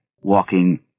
walking